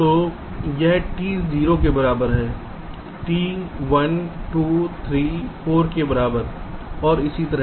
तो यह t 0 के बराबर है t 1 2 3 4 के बराबर है और इसी तरह